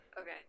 Okay